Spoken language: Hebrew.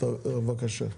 בבקשה.